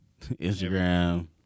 Instagram